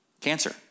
Cancer